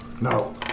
No